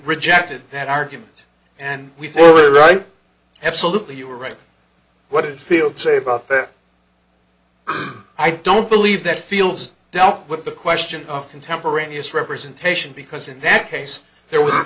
rejected that argument and we've all right absolutely you are right what is field say about i don't believe that feels dealt with the question of contemporaneous representation because in that case there w